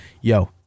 yo